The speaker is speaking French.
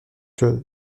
que